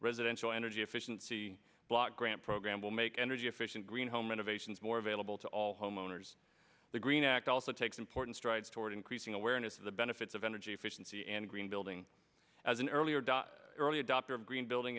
residential energy efficiency block grant program will make energy efficient green home renovations more available to all homeowners the green act also takes important strides toward increasing awareness of the benefits of energy efficiency and green building as an earlier early adopter of green building